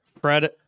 Fred